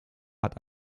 hat